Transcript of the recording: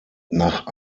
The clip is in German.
nach